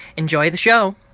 enjoy the show